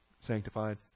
sanctified